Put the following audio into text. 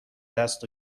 دست